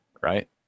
right